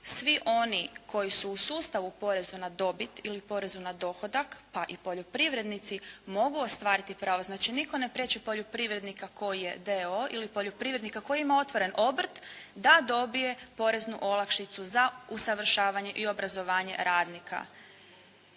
svi oni koji su u sustavu poreza na dobit ili poreza na dohodak, pa i poljoprivrednici mogu ostvariti pravo. Znači, nitko ne priječi poljoprivrednika koji je d.o.o. ili poljoprivrednika koji ima otvoren obrt da dobije poreznu olakšicu za usavršavanje i obrazovanje radnika.